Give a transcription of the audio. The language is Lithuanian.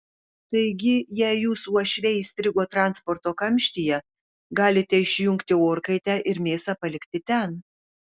taigi jei jūsų uošviai įstrigo transporto kamštyje galite išjungti orkaitę ir mėsą palikti ten